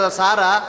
sara